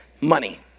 money